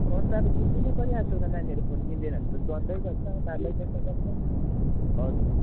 phone त अब किनिदिनु नै पऱ्यो आजकलको नानीहरू फोन किनिदिएन भने त द्वन्द गर्छ मारलाई जस्तो गर्छ हजुर